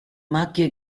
macchie